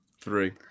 three